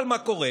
אבל מה קורה?